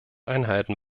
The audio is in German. einhalten